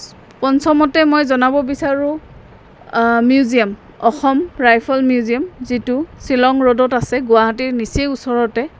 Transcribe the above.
পঞ্চমতে মই জনাব বিচাৰোঁ মিউজিয়াম অসম ৰাইফল মিউজিয়াম যিটো শ্বিলং ৰ'ডত আছে গুৱাহাটীৰ নিচেই ওচৰতে